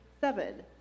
seven